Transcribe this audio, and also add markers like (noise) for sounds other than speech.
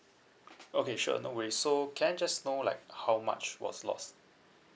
(noise) okay sure no worries so can I just know like how much was lost